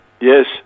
Yes